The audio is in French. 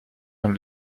dans